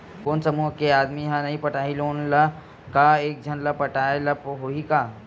कोन समूह के आदमी हा नई पटाही लोन ला का एक झन ला पटाय ला होही का?